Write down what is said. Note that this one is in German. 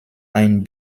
ein